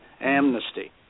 amnesty